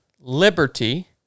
liberty